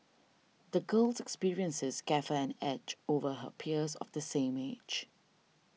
the girl's experiences gave her an edge over her peers of the same age